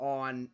on